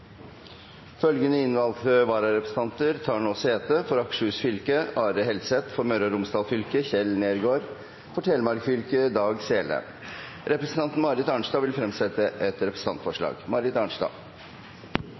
Følgende innvalgte vararepresentanter har tatt sete: For Akershus fylke: Are HelsethFor Møre og Romsdal fylke: Kjell NeergaardFor Telemark fylke: Dag Sele Representanten Marit Arnstad vil fremsette et